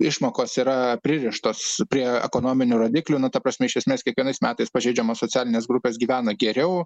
išmokos yra pririštos prie ekonominių rodiklių nu ta prasme iš esmės kiekvienais metais pažeidžiamos socialinės grupės gyvena geriau